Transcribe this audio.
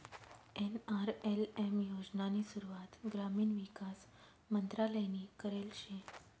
NRLM योजनानी सुरुवात ग्रामीण विकास मंत्रालयनी करेल शे